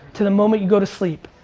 to the moment you go to sleep.